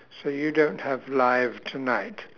so you don't have live tonight